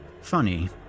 Funny